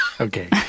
Okay